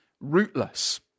rootless